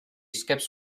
skips